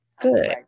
Good